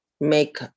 make